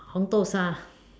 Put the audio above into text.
红豆沙